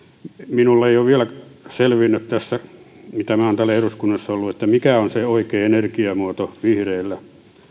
minulle ei ole vielä selvinnyt tässä mitä minä olen täällä eduskunnassa ollut että mikä on se oikea energiamuoto vihreillä